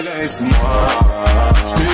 laisse-moi